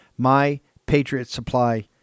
Mypatriotsupply